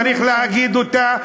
צריך להגיד אותה,